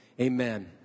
Amen